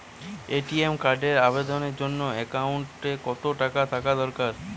ATM কার্ডের আবেদনের জন্য অ্যাকাউন্টে কতো টাকা থাকা দরকার?